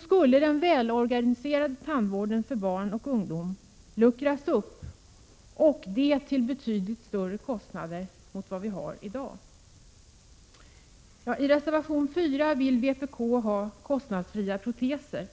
skulle den välorganiserade tandvården för barn och ungdomar luckras upp, och det till betydligt större kostnader än vad vi har i dag. I reservation 4 vill vpk ha kostnadsfria proteser.